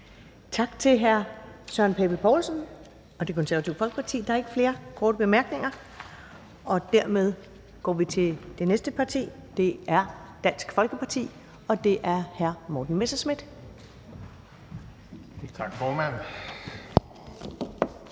Tak til hr. Søren Pape Poulsen og Det Konservative Folkeparti. Der er ikke flere korte bemærkninger, og dermed går vi til det næste parti, som er Dansk Folkeparti. Og det er hr. Morten Messerschmidt. Velkommen.